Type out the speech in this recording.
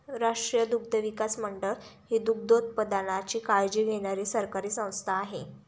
राष्ट्रीय दुग्धविकास मंडळ ही दुग्धोत्पादनाची काळजी घेणारी सरकारी संस्था आहे